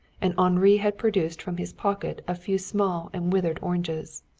and henri had produced from his pocket a few small and withered oranges.